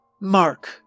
Mark